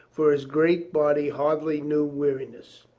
for his great body hardly knew weariness.